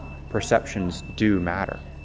perceptions do matter.